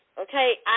okay